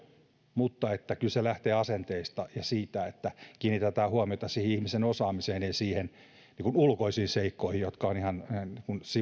mutta kyllä se lähtee asenteista ja siitä että kiinnitetään huomiota siihen ihmisen osaamiseen ei ulkoisiin seikkoihin jotka ovat ihan